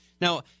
Now